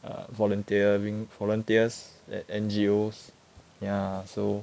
volunteering volunteers at N_G_O's ya so